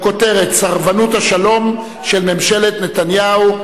בכותרת: סרבנות השלום של ממשלת נתניהו.